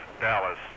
Dallas